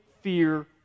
fear